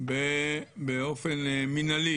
באופן מינהלי